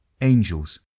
angels